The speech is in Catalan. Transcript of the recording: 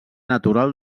natural